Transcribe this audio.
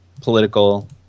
political